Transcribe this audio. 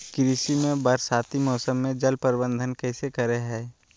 कृषि में बरसाती मौसम में जल प्रबंधन कैसे करे हैय?